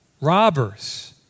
robbers